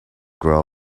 grow